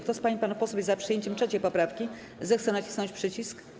Kto z pań i panów posłów jest za przyjęciem 3. poprawki, zechce nacisnąć przycisk.